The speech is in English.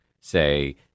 say